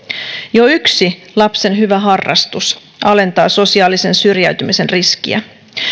jo yksi lapsen hyvä harrastus alentaa sosiaalisen syrjäytymisen riskiä